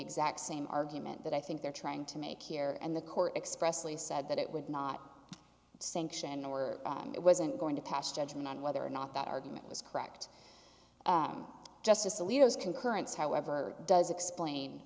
exact same argument that i think they're trying to make here and the court expressly said that it would not sanction or it wasn't going to pass judgment on whether or not that argument was correct justice alito is concurrence however does explain